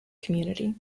community